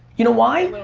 you know why?